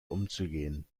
umzugehen